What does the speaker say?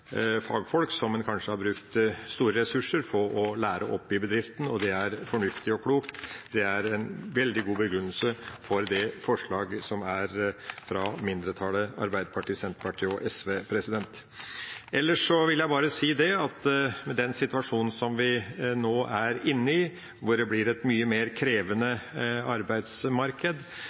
fagfolk som en kanskje har brukt store ressurser på å lære opp i bedriften – og det er fornuftig og klokt. Det er veldig god begrunnelse for forslaget fra mindretallet, Arbeiderpartiet, Senterpartiet og SV. Ellers vil jeg bare si at med den situasjonen som vi nå er inne i, hvor det blir et mye mer